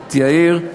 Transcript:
את יאיר,